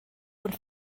und